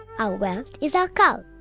our wealth is our cows.